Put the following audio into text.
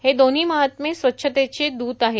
हे दोन्हां महात्मे स्वच्छतेचे दूत आहेत